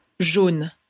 jaune